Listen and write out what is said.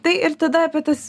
tai ir tada apie tas